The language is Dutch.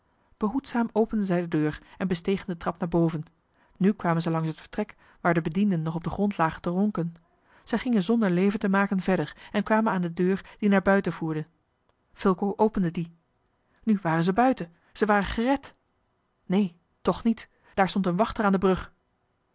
behoedzaam openden zij de deur en bestegen de trap naar boven nu kwamen zij langs het vertrek waar de bedienden nog op den grond lagen te ronken zij gingen zonder leven te maken verder en kwamen aan de deur die naar buiten voerde fulco opende die nu waren zij buiten zij waren gered neen toch niet daar stond een wachter aan de brug